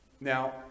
Now